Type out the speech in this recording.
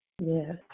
Yes